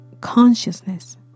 consciousness